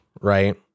right